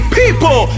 people